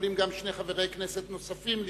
יכולים גם שני חברי כנסת נוספים לשאול.